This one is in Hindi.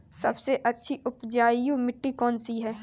सबसे अच्छी उपजाऊ मिट्टी कौन सी है?